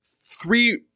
three